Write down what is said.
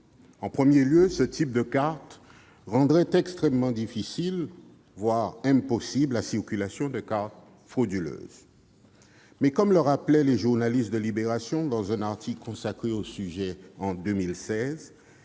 En premier lieu, un tel dispositif rendrait extrêmement difficile, voire impossible, la circulation de cartes frauduleuses. Comme le rappelaient les journalistes de dans un article consacré au sujet en 2016,